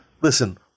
listen